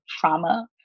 trauma